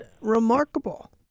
remarkable